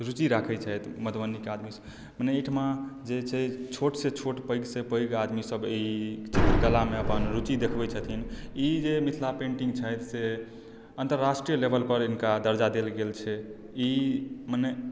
रूचि राखैत छथि मधुबनीके आदमीसभ मने एहिठमा जे छै छोटसँ छोट पैघसँ पैघ आदमीसभ ई चित्रकलामे अपन रूचि देखबैत छथिन ई जे मिथिला पेन्टिंग छथि से अन्तर्राष्ट्रीय लेवलपर हिनका दर्जा देल गेल छै ई मने